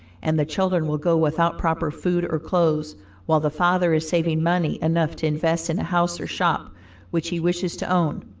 and the children will go without proper food or clothes while the father is saving money enough to invest in a house or shop which he wishes to own.